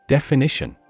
Definition